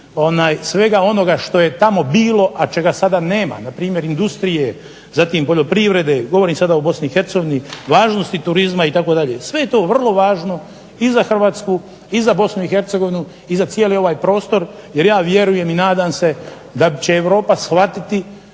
svega onoga što je tamo bilo, a čega sada nema, npr. industrije, zatim poljoprivrede, govorim sada o Bosni i Hercegovini, važnosti turizma, itd. Sve je to vrlo važno i za Hrvatsku i za Bosnu i Hercegovinu, i za cijeli ovaj prostor jer ja vjerujem i nadam se da će Europa shvatiti